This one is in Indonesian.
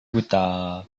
buta